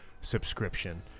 subscription